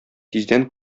тиздән